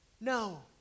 No